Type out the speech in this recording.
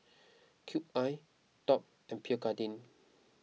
Cube I Top and Pierre Cardin